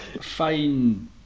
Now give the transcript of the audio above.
fine